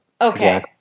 Okay